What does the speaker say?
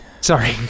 Sorry